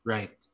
Right